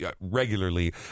regularly